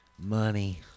Money